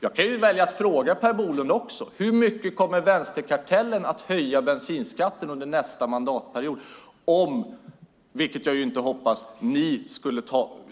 Jag kan välja att fråga Per Bolund följande: Hur mycket kommer vänsterkartellen att höja bensinskatten under nästa mandatperiod om, vilket jag inte hoppas, ni